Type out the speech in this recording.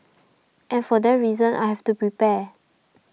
and for that reason I have to prepare